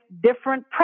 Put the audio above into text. different